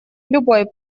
любой